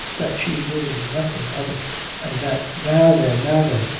that she knew nothing of it and that now then now then.